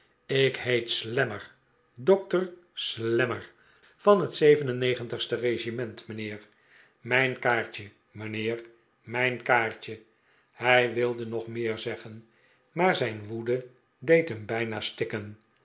ik heet slammer dokter slammer van het ste regiment mijnheer mijn kaartje mijnheerl mijn kaartje hij wilde nog meer zeggen maar zijn woede deed hem bijna stikken